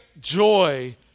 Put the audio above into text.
joy